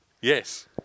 Yes